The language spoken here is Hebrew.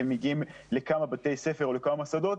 הם מגיעים לכמה בתי ספר או לכמה מוסדות,